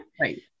Right